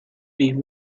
with